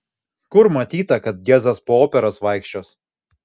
kur matyta kad gezas po operas vaikščios